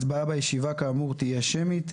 הצבעה בישיבה כאמור תהיה שמית,